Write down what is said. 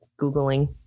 Googling